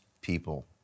people